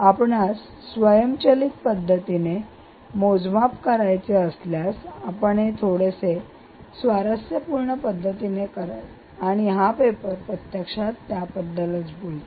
आपणास स्वयंचलित पद्धतीने मोजमाप करायचे असल्यास आपण हे थोडेसे स्वारस्यपूर्ण पद्धतीने कराल आणि हा पेपर प्रत्यक्षात त्याबद्दल बोलतो